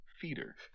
feeder